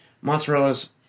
Mozzarella's